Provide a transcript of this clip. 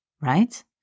right